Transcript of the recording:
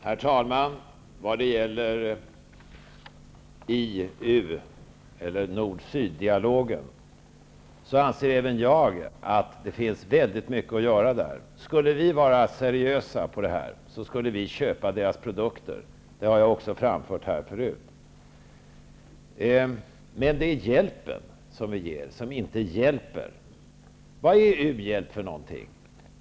Herr talman! När det gäller i-länder och u-länder, eller nord--syd-dialogen, anser även jag att det finns mycket att göra. Om vi skall vara seriösa, skall vi köpa deras produkter. Det har jag framfört här tidigare. Men den hjälp vi ger hjälper inte. Vad är u-hjälp för något?